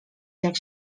tak